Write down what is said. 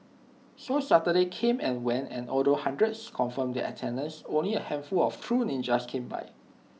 so Saturday came and went and although hundreds confirmed their attendance only A handful of true ninjas came by